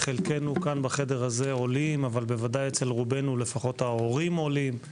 חלקנו בחדר עולים של ממש אבל כולנו בנים של עולים או